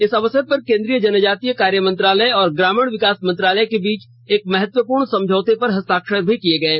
इस अवसर पर केंद्रीय जनजातीय कार्य मंत्रालय और ग्रामीण विकास मंत्रालय के बीच एक महत्वपूर्ण समझौते पर हस्ताक्षर किये गये